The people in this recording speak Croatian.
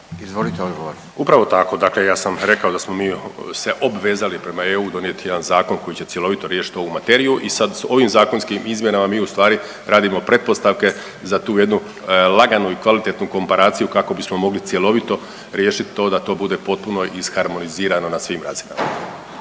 **Martinović, Juro** Upravo tako, dakle ja sam rekao da smo mi se obvezali prema EU donijeti jedan zakon koji će cjelovito riješit ovu materiju i sad ovim zakonskim izmjenama mi u stvari radimo pretpostavke za tu jednu laganu i kvalitetnu komparaciju kako bismo mogli cjelovito riješiti to da to bude potpuno isharmonizirano na svim razinama.